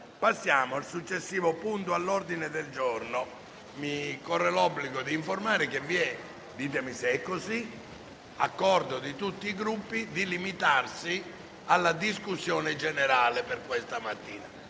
passiamo al successivo punto all'ordine del giorno. Mi corre l'obbligo di informare che vi è l'accordo di tutti i Gruppi di limitarsi alla discussione generale per questa mattina.